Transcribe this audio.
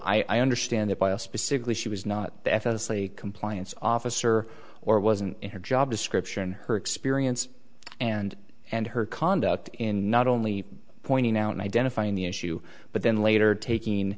so i understand that by a specifically she was not the f s a compliance officer or wasn't in her job description her experience and and her conduct in not only pointing out and identifying the issue but then later taking